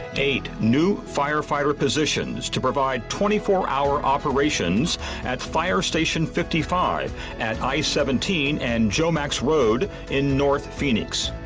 eight new firefighter positions to provide twenty four hour operations at fire station fifty five at i seventeen and jomax road in north phoenix.